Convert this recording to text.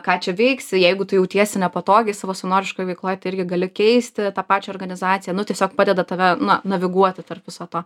ką čia veiksi jeigu tu jautiesi nepatogiai savo savanoriškoj veikloj tai irgi gali keisti tą pačią organizaciją nu tiesiog padeda tave na naviguoti tarp viso to